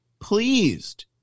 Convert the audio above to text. pleased